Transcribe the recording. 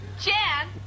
Jan